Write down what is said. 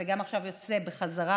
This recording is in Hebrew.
וגם עכשיו יוצאת בחזרה,